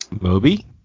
Moby